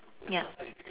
ya